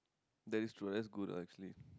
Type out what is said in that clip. that is true ah that's good ah actually